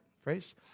phrase